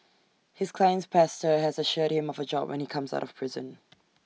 his client's pastor has assured him of A job when he comes out of prison